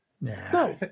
no